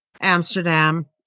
Amsterdam